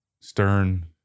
stern